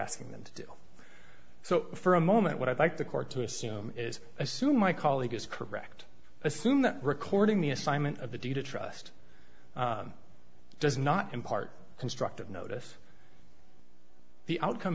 asking them to do so for a moment what i'd like the court to assume is assume my colleague is correct assume that recording the assignment of a deed of trust does not impart constructive notice the outcome